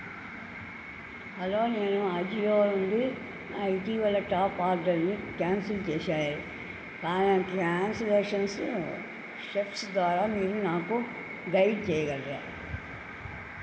hello నేను అజియో నుండి నా ఇటీవలి టాప్ ఆర్డర్ని క్యాన్సిల్ చేశాను క్యాన్సిలేషన్ స్టెప్స్ ద్వారా మీరు నాకు గైడ్ చెయ్యగలరా